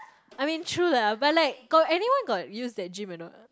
I mean true lah but like got anyone got use that gym or not